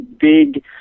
big